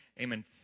Amen